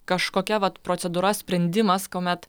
kažkokia vat procedūra sprendimas kuomet